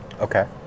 Okay